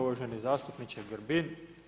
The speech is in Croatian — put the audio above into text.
Uvaženi zastupniče Grbin.